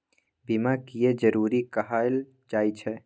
बीमा किये जरूरी कहल जाय छै?